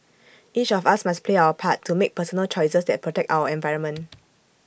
each of us must play our part to make personal choices that protect our environment